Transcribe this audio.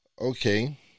Okay